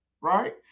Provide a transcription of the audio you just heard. right